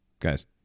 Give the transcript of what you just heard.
Guys